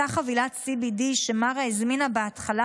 אותה חבילת CBD שמארה הזמינה בהתחלה